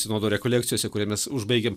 sinodo rekolekcijose kuria mes užbaigėm